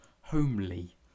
homely